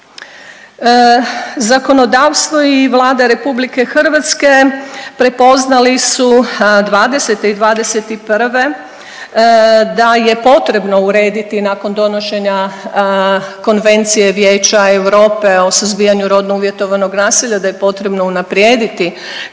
Zakonodavstvo i Vlada RH prepoznali su '20. i '21. da je potrebno urediti nakon donošenja Konvencije Vijeća Europe o suzbijanju rodno uvjetovanog nasilja, da je potrebno unaprijediti